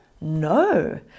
No